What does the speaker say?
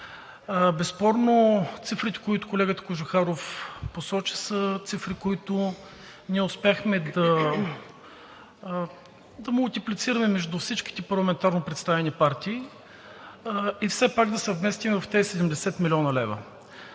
Безспорно цифрите, които колегата Кожухаров посочи, са цифри, които ние успяхме да мултиплицираме между всички парламентарно представени партии и все пак да се вместим в тези 70 млн. лв.